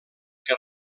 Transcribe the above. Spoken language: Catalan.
que